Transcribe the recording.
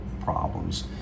problems